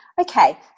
Okay